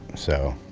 so